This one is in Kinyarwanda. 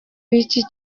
w’iki